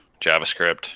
JavaScript